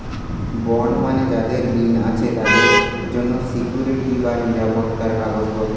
bond মানে যাদের ঋণ আছে তাদের জন্য সিকুইরিটি বা নিরাপত্তার কাগজপত্র